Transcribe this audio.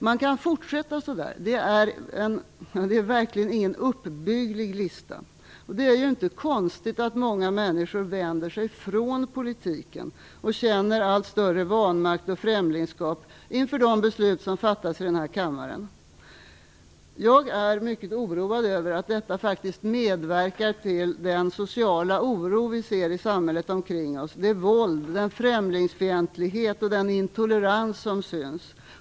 Man kan fortsätta så här. Detta är verkligen ingen uppbygglig lista. Det är inte konstigt att många människor vänder från politiken och känner allt större vanmakt och främlingskap inför de beslut som fattas i den här kammaren. Jag är mycket oroad över att detta faktiskt medverkar till den sociala oro som vi ser i samhället omkring oss, det våld den främlingsfientlighet och den intolerans som syns.